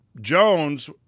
Jones